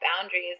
boundaries